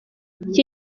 iki